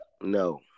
No